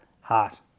heart